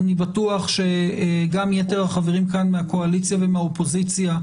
אני בטוח שגם יתר החברים כאן מהקואליציה ומהאופוזיציה,